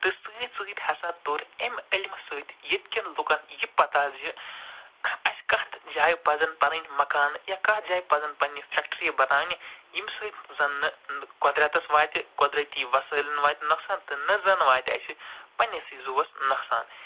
تہٕ سۭتۍ سۭتۍ ہسا طور امہِ علمہٕ سۭتۍ ییٚتہِ کٮ۪ن لُکن یہِ پتاہ زِ خَ اَسہِ کتھ جایہِ پزن پَنٕنۍ مکان یا کتھ جایہِ پزن پنٛنہِ فٮ۪کٹریہِ بناونہِ ییٚمہِ سۭتۍ زن نہٕ قدرتس واتہِ قدرٔتی وسٲیِلن واتہِ نۄقصان تہٕ نَہ زن واتہِ اَسہِ پنٛنہِ سٕے زُوس نۄقصان